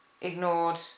ignored